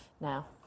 now